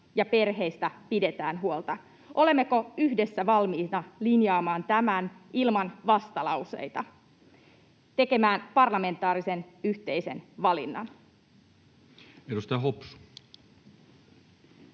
ja perheistä pidetään huolta. Olemmeko yhdessä valmiita linjaamaan tämän ilman vastalauseita, tekemään parlamentaarisen yhteisen valinnan? [Speech 134]